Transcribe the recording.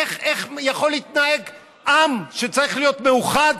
איך יכול להתנהל עם שצריך להיות מאוחד